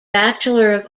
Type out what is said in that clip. bachelor